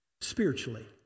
spiritually